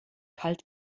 kalt